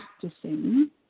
practicing